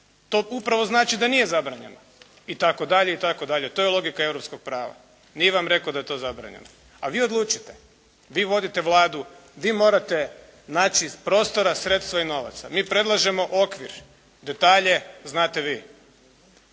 To upravo znači da nije zabranjeno itd. to je logika europskog prava, nije vam rekao da je to zabranjeno, a vi odlučiti, vi vodite Vladu, vi morate naći prostora sredstava i novaca. Mi predlažemo okvir, detalje znate vi.